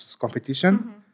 competition